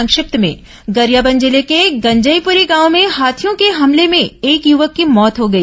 संक्षिप्त समाचार गरियाबंद जिले के गंजईपुरी गांव में हाथियों के हमले में एक युवक की मौत हो गई